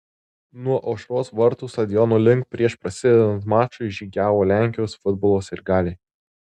nuo aušros vartų stadiono link prieš prasidedant mačui žygiavo lenkijos futbolo sirgaliai